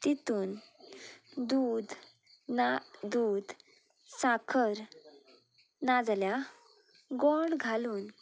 तितून दूद ना दूद साखर ना जाल्या गोड घालून